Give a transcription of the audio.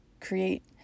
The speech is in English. create